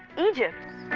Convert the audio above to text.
egypt.